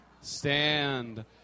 Stand